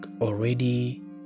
already